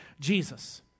Jesus